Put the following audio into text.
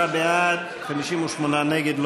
57 בעד, 58 נגד.